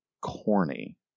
corny